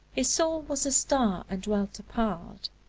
his soul was a star and dwelt apart,